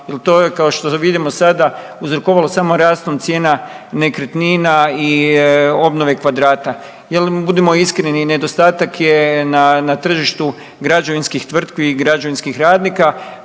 jer to je kao što vidimo sada uzrokovalo samo rastom cijena nekretnina i obnove kvadrata. Jer budimo iskreni nedostatak je na tržištu građevinskih tvrtki i građevinskih radnika,